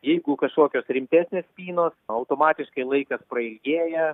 jeigu kažkokios rimtesnės spynos na automatiškai laikas prailgėja